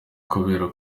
kubera